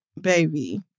baby